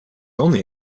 only